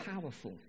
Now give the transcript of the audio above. powerful